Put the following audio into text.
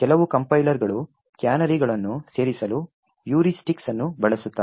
ಕೆಲವು ಕಂಪೈಲರ್ಗಳು ಕ್ಯಾನರಿಗಳನ್ನು ಸೇರಿಸಲು ಹ್ಯೂರಿಸ್ಟಿಕ್ಸ್ ಅನ್ನು ಬಳಸುತ್ತಾರೆ